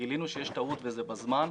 וגילינו שיש טעות וזה בזמן,